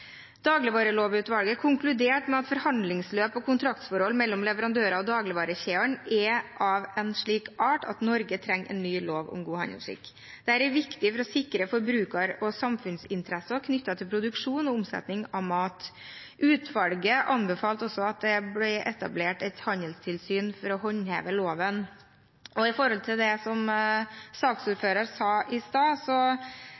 med at forhandlingsløp og kontraktsforhold mellom leverandører og dagligvarekjedene er av en slik art at Norge trenger en ny lov om god handelsskikk. Dette er viktig for å sikre forbruker- og samfunnsinteresser knyttet til produksjon og omsetning av mat. Utvalget anbefalte også at det ble etablert et handelstilsyn for å håndheve loven. Når det gjelder det som saksordføreren sa i stad,